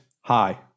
hi